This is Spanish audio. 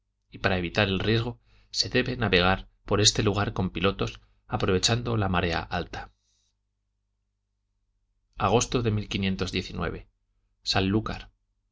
y para evitar el riesgo se debe navegar por este lugar con pilotos aprovechando la marea alta agosto de sanlúcar